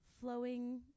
flowing